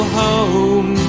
home